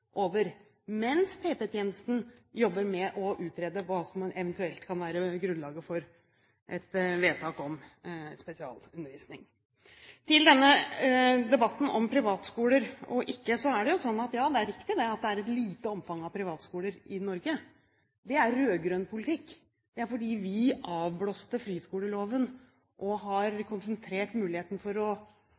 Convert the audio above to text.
over, mens PP-tjenesten jobber med å utrede hva som eventuelt kan være grunnlag for et vedtak om spesialundervisning. Til denne debatten om privatskoler eller ikke: Ja, det er riktig at omfanget av privatskoler i Norge er lite. Det er rød-grønn politikk. Det er fordi vi avblåste friskoleloven og har konsentrert muligheten for